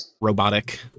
robotic